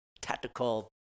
tactical